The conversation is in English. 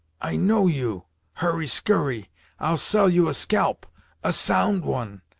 i know you hurry skurry i'll sell you a scalp a sound one,